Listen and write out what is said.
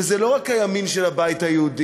וזה לא רק הימין של הבית היהודי,